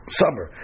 summer